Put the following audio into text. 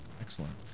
Excellent